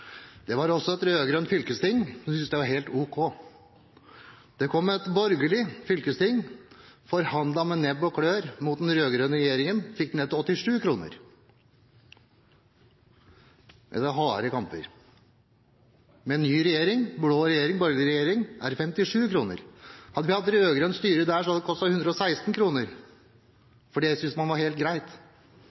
det var helt ok. Det kom så et borgerlig fylkesting som forhandlet med nebb og klør mot den rød-grønne regjeringen, og fikk satsen ned til 87 kr – under harde kamper. Med ny blå regjering, borgerlig regjering, koster det 57 kr. Hadde vi hatt rød-grønt styre der, hadde det kostet 116 kr – for det syntes man var helt greit.